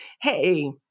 hey